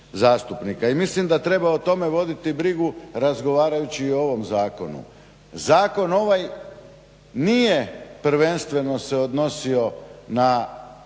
I mislim da treba o tome voditi brigu razgovarajući i o ovom Zakonu. Zakon ovaj nije prvenstveno se odnosio na